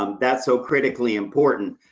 um that's so critically important.